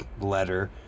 letter